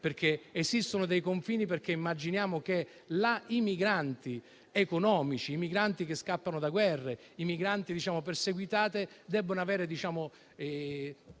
regole. Esistono dei confini, perché immaginiamo che i migranti economici, quelli che scappano da guerre, i migranti perseguitati debbono avere